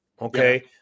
okay